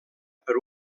per